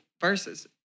versus